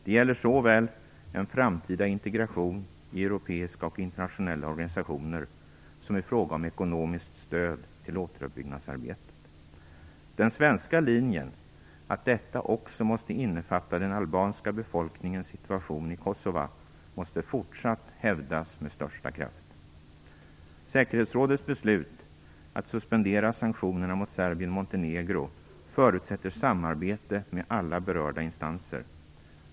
Det gäller såväl en framtida integration i europeiska och internationella organisationer som i fråga om ekonomiskt stöd till återuppbyggnadsarbetet. Den svenska linjen att detta också måste innefatta den albanska befolkningens situation i Kosova måste fortsatt hävdas med största kraft. Säkerhetsrådets beslut att suspendera sanktionerna mot Serbien-Montenegro förutsätter samarbete med alla berörda instanser.